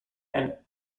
and